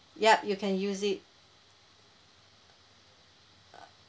yup you can use it